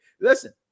Listen